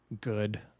good